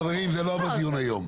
חברים, זה לא בדיון היום.